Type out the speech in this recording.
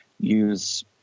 use